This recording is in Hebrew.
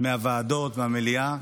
מהוועדות והמליאה,